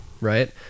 right